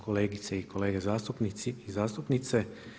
Kolegice i kolege zastupnici i zastupnice.